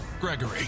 Gregory